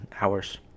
hours